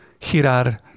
girar